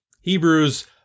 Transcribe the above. Hebrews